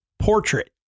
portrait